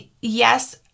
Yes